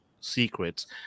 Secrets